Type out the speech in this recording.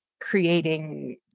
creating